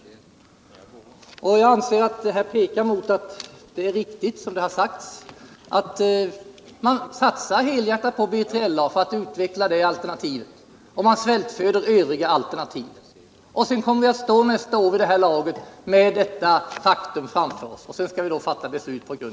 Jag anser att försvarsministerns res>nemang här pekar på att det är riktigt som det har sagts, att man satsar helhjärtat på att utveckla B3LA-alternativet och svältföder övriga alternativ. På de. sättet kommer vi att nästa år stå inför detta faktum, och på den grunden skall vi fatta beslut.